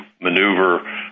maneuver